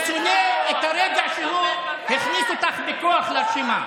הוא שונא את הרגע שהוא הכניס אותך בכוח לרשימה.